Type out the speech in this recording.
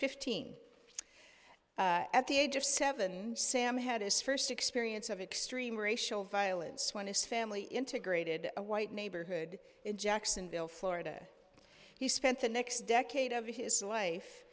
fifteen at the age of seven and sam had his first experience of extreme racial violence when his family integrated a white neighborhood in jacksonville florida he spent the next decade of his life